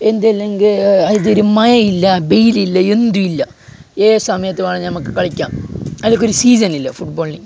ഏന്തില്ലെങ്കിലും മഴ ഇല്ല വെയിലല്ല എന്തുവല്ല ഏത് സമയത്ത് വേണെൽ നമുക്ക് കളിക്കാം അതുക്കൊരു സീസൺ ഇല്ല ഫുട്ബോളിന്